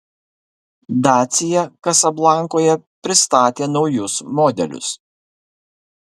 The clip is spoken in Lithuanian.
dacia kasablankoje pristatė naujus modelius